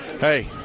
Hey